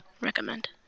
Recommend